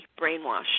brainwashed